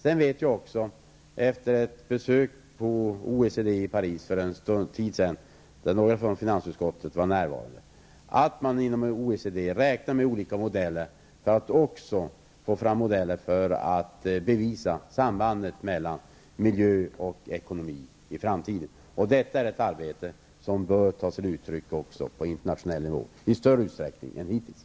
Jag vet också, efter ett besök på OECD i Paris för en tid sedan, där några från finansutskottet var närvarande, att man inom OECD räknar med olika modeller för att också få fram modeller för att bevisa sambandet mellan miljö och ekonomi i framtiden. Detta är ett arbete som också bör ta sig uttryck på internationell nivå i större utsträckning än det gör nu.